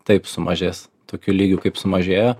taip sumažės tokiu lygiu kaip sumažėjo